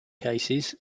cases